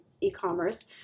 e-commerce